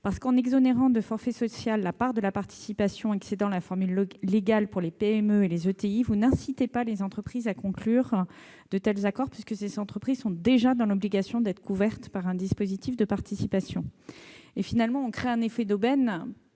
parce que, en exonérant du forfait social la part de la participation excédant la formule légale pour les PME et les ETI, vous n'incitez pas ces entreprises à conclure de tels accords, puisqu'elles sont déjà dans l'obligation de prévoir un dispositif de participation. Finalement, cela créerait un effet d'aubaine,